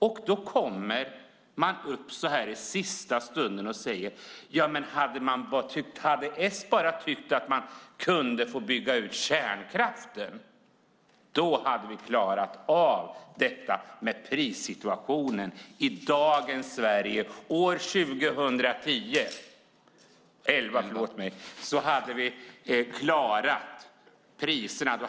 Och då kommer man upp i debatten i sista stund och säger att hade Socialdemokraterna bara tyckt att man kunde få bygga ut kärnkraften hade vi klarat av prissituationen. I dagens Sverige, år 2011, hade vi klarat priserna.